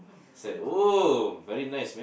it's like oh very nice man